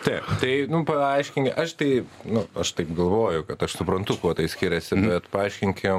taip tai nu paaiškink aš tai nu aš taip galvoju kad aš suprantu kuo tai skiriasi bet paaiškinkim